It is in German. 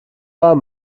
war